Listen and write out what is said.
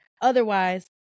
Otherwise